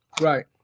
Right